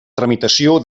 tramitació